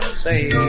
say